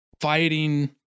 fighting